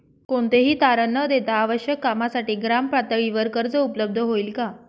कोणतेही तारण न देता आवश्यक कामासाठी ग्रामपातळीवर कर्ज उपलब्ध होईल का?